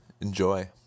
enjoy